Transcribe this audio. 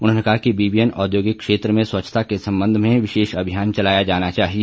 उन्होंने कहा कि बीबीएन औद्योगिक क्षेत्र में स्वच्छता के संबंध में विशेष अभियान चलाया जाना चाहिए